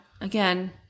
again